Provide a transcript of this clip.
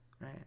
Right